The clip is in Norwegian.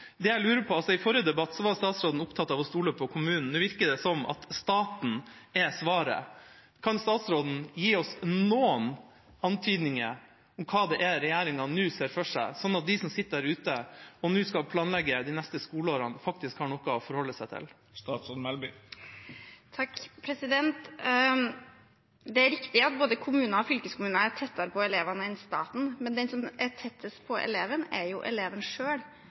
I forrige debatt var statsråden opptatt av å stole på kommunene. Nå virker det som at staten er svaret. Kan statsråden gi oss noen antydninger om hva regjeringa nå ser for seg, sånn at de som sitter der ute og skal planlegge de neste skoleårene, faktisk har noe å forholde seg til? Det er riktig at både kommuner og fylkeskommuner er tettere på eleven enn staten, men den som er tettest på eleven, er jo eleven